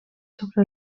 sobre